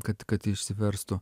kad kad išsiverstų